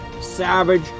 Savage